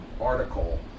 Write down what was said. article